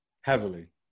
heavily